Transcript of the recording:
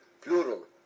plural